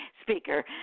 speaker